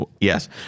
Yes